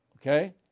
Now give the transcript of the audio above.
Okay